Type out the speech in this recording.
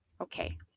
okay